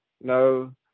no